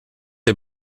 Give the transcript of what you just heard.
est